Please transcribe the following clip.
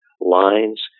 lines